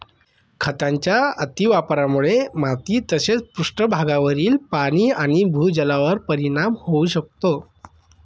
खतांच्या अतिवापरामुळे माती तसेच पृष्ठभागावरील पाणी आणि भूजलावर परिणाम होऊ शकतो